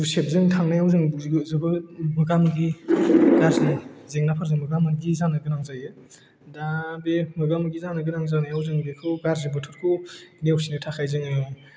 गुसेबजों थांनायाव जों जोबोद मोगा मोगि गाज्रि जेंनाफोरजों मोगा मोगि जानो गोनां जायो दा बे मोगा मोगि जानो गोनां जानायाव जों बेखौ गाज्रि बोथोरखौ नेवसिनो थाखाय जोङो